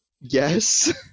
Yes